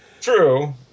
True